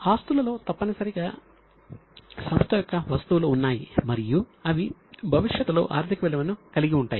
ఆస్తులలో తప్పనిసరిగా సంస్థ యొక్క వస్తువులు ఉన్నాయి మరియు అవి భవిష్యత్తులో ఆర్థిక విలువను కలిగి ఉంటాయి